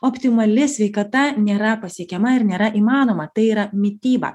optimali sveikata nėra pasiekiama ir nėra įmanoma tai yra mityba